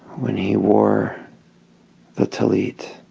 when he wore the talit